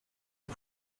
and